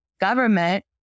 government